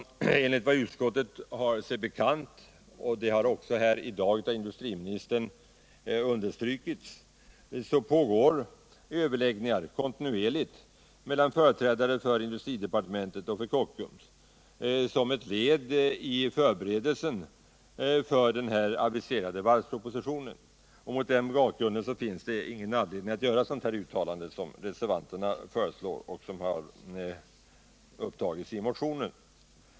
Enligt vad utskottet har sig bekant — det har också i dag understrukits av industriministern — pågår överläggningar kontinuerligt mellan företrädare för industridepartementet och Kockums som ett led i föreberedelserna för den aviserade varvspropositionen. Mot den bakgrunden finns ingen anledning att göra ett sådant uttalande som reservanterna föreslår och som har krävts i motionen.